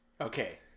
Okay